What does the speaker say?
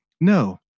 No